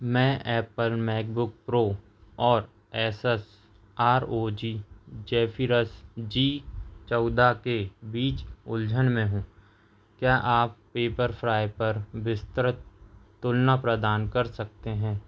मैं Apple MacBook Pro और Asus R O G Zephyrus G चौदह के बीच उलझन में हूँ क्या आप पेपरफ्राइ पर विस्तृत तुलना प्रदान कर सकते हैं